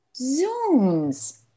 Zooms